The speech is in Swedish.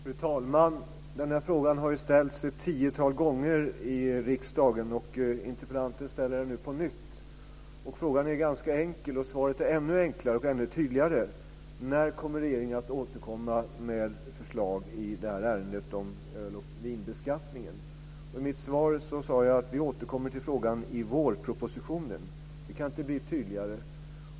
Fru talman! Den här frågan har ställts ett tiotal gånger i riksdagen. Interpellanten ställer den nu på nytt. Frågan är ganska enkel, och svaret är ännu enklare och tydligare. När kommer regeringen att återkomma med förslag i ärendet om öl och vinbeskattningen? I mitt svar sade jag att vi återkommer till frågan i vårpropositionen. Det kan inte bli tydligare.